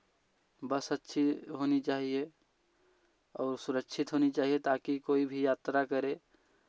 बस अच्छी होनी चाहिए और सुरक्षित होनी चाहिए ताकि कोई भी यात्रा करे